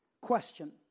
Question